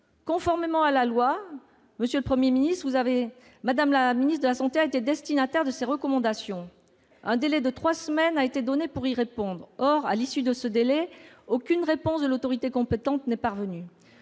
Conformément à la loi, Mme la ministre des solidarités et de la santé a été destinataire de ces recommandations. Un délai de trois semaines a été donné pour y répondre. Or, à l'issue de ce délai, aucune réponse de l'autorité compétente n'est parvenue.